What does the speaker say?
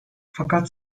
fakat